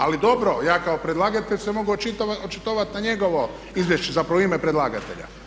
Ali dobro, ja kao predlagatelj se mogu očitovati na njegovo izvješće, zapravo u ime predlagatelja.